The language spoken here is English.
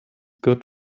good